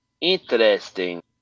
Interesting